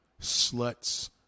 sluts